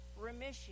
remission